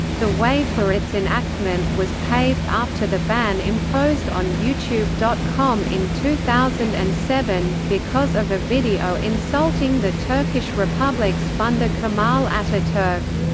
the way for its enactment was paved after the ban imposed on youtube dot com in two thousand and seven, because of a video insulting the turkish republic's funder kemal ataturk.